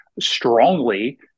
strongly